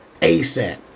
ASAP